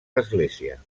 l’església